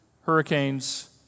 hurricanes